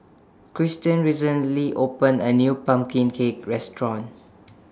Christian recently opened A New Pumpkin Cake Restaurant